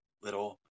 little